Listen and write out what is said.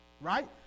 Right